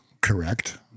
correct